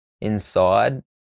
inside